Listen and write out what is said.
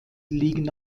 liegen